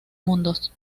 mundos